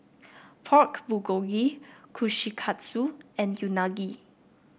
Pork Bulgogi Kushikatsu and Unagi